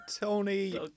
Tony